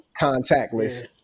contactless